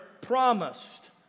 promised